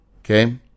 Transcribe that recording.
okay